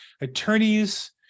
attorneys